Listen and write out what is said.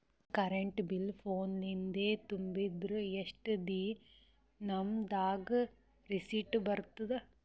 ನಮ್ current bill ಫೋನ ಲಿಂದೇ ತುಂಬಿದ್ರ, ಎಷ್ಟ ದಿ ನಮ್ ದಾಗ ರಿಸಿಟ ಬರತದ?